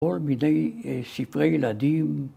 כל מיני ספרי ילדים